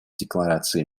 декларации